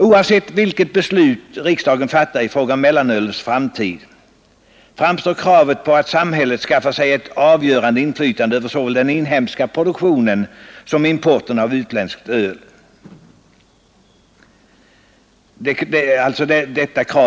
Oavsett vilket beslut riksdagen fattar i fråga om mellanölets framtid kvarstår kravet på att samhället skaffar sig ett avgörande inflytande över såväl den inhemska produktionen som importen av utländskt öl.